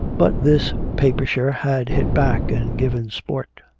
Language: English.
but this papisher had hit back and given sport.